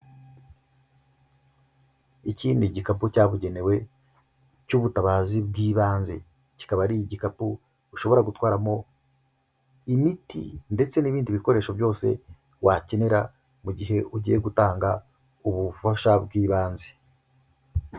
Iki ni igikapu cyabugenewe cy'ubutabazi bw'ibanze, kikaba ari igikapu ushobora gutwaramo imiti ndetse n'ibindi bikoresho byose wakenera mu gihe ugiye gutanga ubufasha bw'ibanze.